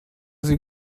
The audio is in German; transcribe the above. sie